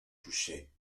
touchés